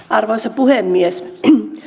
arvoisa puhemies